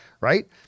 right